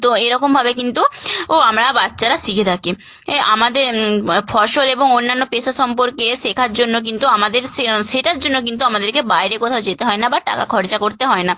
তো এরকমভাবে কিন্তু উ আমরা বাচ্চারা শিখে থাকি এ আমাদের ফসল এবং অন্যান্য পেশা সম্পর্কে শেখার জন্য কিন্তু আমাদের সে সেটার জন্য কিন্তু আমাদেরকে বাইরে কোথাও যেতে হয় না বা টাকা খরচা করতে হয় না